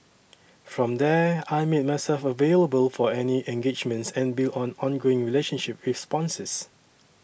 from there I made myself available for any engagements and built an ongoing relationship with sponsors